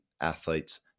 athletes